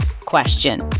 question